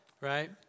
right